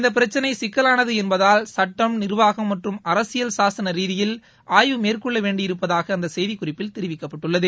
இந்த பிரச்சினை சிக்கலானது என்பதால் சுட்டம் நிர்வாகம் மற்றும் அரசியல் சாசன ரீதியில் ஆய்வு மேற்கொள்ள வேண்டியிருப்பதாக அந்த செய்திக்குறிப்பில் தெரிவிக்கப்பட்டுள்ளது